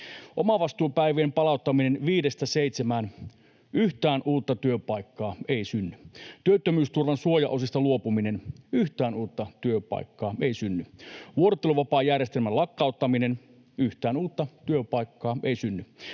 Omavastuupäivien palauttaminen viidestä seitsemään: yhtään uutta työpaikkaa ei synny. Työttömyysturvan suojaosista luopuminen: yhtään uutta työpaikkaa ei synny. Vuorotteluvapaajärjestelmän lakkauttaminen: yhtään uutta työpaikkaa ei synny.